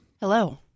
Hello